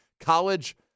college